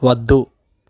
వద్దు